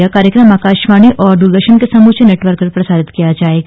यह कार्यक्रम आकाशवाणी और दूरदर्शन के समूचे नेटवर्क पर प्रसारित किया जाएगा